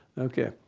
ok.